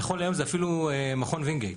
נכון להיום זה אפילו מכון וינגייט,